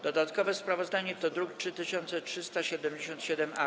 Dodatkowe sprawozdanie to druk nr 3377-A.